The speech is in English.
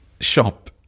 shop